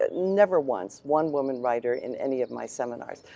ah never once. one woman writer in any of my seminars.